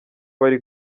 bari